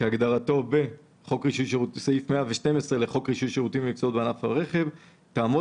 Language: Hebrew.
כהגדרתו בסעיף 112 לחוק רישוי שירותים ומקצועות בענף הרכב" "תעמוד